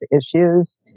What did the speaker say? issues